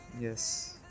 Yes